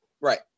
Right